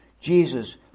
jesus